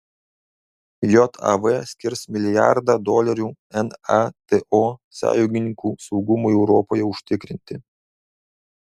jav skirs milijardą dolerių nato sąjungininkų saugumui europoje užtikrinti